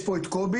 יש פה את קובי,